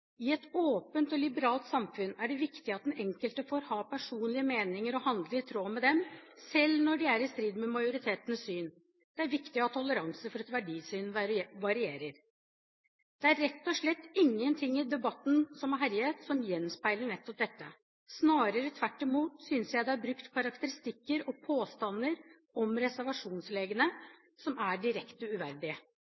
et åpent og liberalt samfunn er viktig at den enkelte får ha personlige meninger og handle i tråd med dem, selv når de er i strid med majoritetens syn. Det er viktig å ha toleranse for at verdisyn varierer.» Det er rett og slett ingenting i debatten som har herjet, som gjenspeiler nettopp dette. Snarere tvert imot synes jeg det er brukt karakteristikker og påstander om reservasjonslegene